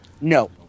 No